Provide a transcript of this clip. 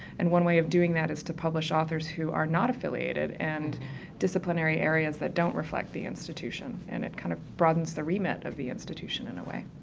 and one way of doing that is to publish authors who are not affiliated and disciplinary areas that don't reflect the institution, and it kind of broadens the remit of the institution in a way.